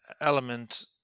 element